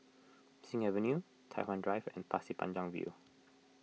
Sing Avenue Tai Hwan Drive and Pasir Panjang View